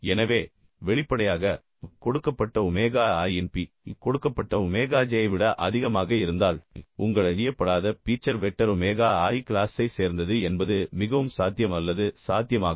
எனவே வெளிப்படையாக கொடுக்கப்பட்ட ஒமேகா i இன் P கொடுக்கப்பட்ட ஒமேகா j ஐ விட அதிகமாக இருந்தால் உங்கள் அறியப்படாத பீச்சர் வெக்டர் ஒமேகா i கிளாஸைச் சேர்ந்தது என்பது மிகவும் சாத்தியம் அல்லது சாத்தியமாகும்